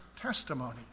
testimony